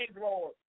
Lord